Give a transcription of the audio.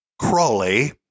Crawley